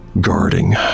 guarding